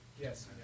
Yes